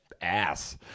ass